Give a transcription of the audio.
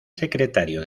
secretario